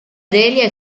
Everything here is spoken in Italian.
delia